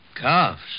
Cuffs